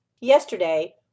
yesterday